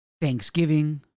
Thanksgiving